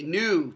new